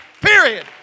Period